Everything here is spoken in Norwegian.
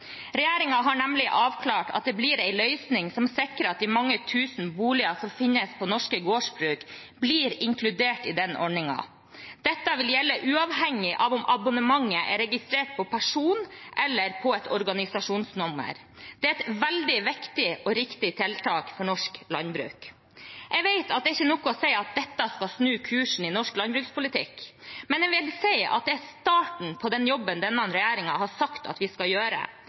har avklart at det blir en løsning som sikrer at de mange tusen boligene som finnes på norske gårdsbruk, blir inkludert i den ordningen. Dette vil gjelde uavhengig av om abonnementet er registrert på person eller på et organisasjonsnummer. Det er et veldig viktig og riktig tiltak for norsk landbruk. Jeg vet at det ikke er nok å si at dette skal snu kursen i norsk landbrukspolitikk, men jeg vil si at det er starten på den jobben denne regjeringen har sagt at vi skal gjøre.